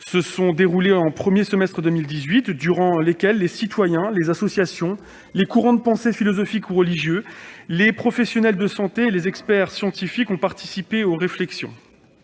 se sont déroulés au premier semestre de 2018 : les citoyens, les associations, les courants de pensée philosophiques ou religieux, les professionnels de santé et les experts scientifiques ont participé aux réflexions.